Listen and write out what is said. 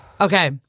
Okay